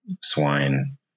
swine